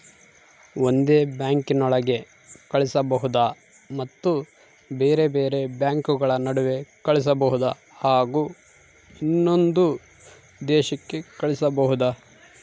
ಒಂದೇ ಬ್ಯಾಂಕಿನೊಳಗೆ ಕಳಿಸಬಹುದಾ ಮತ್ತು ಬೇರೆ ಬೇರೆ ಬ್ಯಾಂಕುಗಳ ನಡುವೆ ಕಳಿಸಬಹುದಾ ಹಾಗೂ ಇನ್ನೊಂದು ದೇಶಕ್ಕೆ ಕಳಿಸಬಹುದಾ?